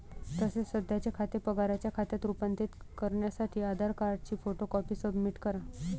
तसेच सध्याचे खाते पगाराच्या खात्यात रूपांतरित करण्यासाठी आधार कार्डची फोटो कॉपी सबमिट करा